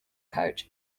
coach